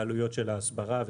בעלויות ההסברה,